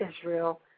Israel